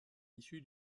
issu